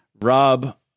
Rob